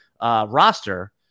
roster